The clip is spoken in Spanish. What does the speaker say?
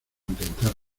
intentar